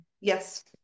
Yes